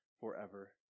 forever